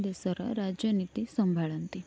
ଦେଶର ରାଜନୀତି ସମ୍ଭାଳନ୍ତି